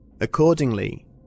Accordingly